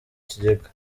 kigega